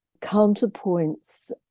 counterpoints